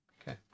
okay